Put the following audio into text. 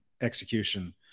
execution